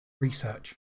research